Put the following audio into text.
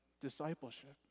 discipleship